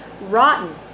rotten